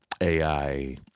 AI